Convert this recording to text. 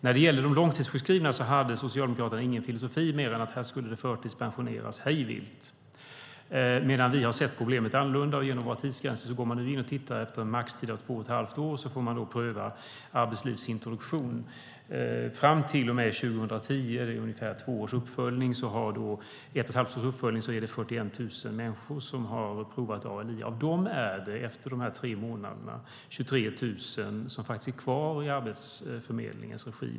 När det gäller de långtidssjukskrivna hade Socialdemokraterna ingen filosofi mer än att det skulle förtidspensioneras hej vilt, medan vi har sett problemet annorlunda genom våra tidsgränser. Går man nu in och tittar efter en maxtid av två och ett halvt år får personen pröva arbetslivsintroduktion. Fram till och med 2010 - det är ungefär ett och ett halvt års uppföljning - har 41 000 människor provat ALI. Av dem är det efter de tre månaderna 23 000 som faktiskt är kvar i Arbetsförmedlingens regi.